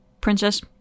Princess